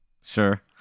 Sure